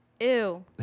Ew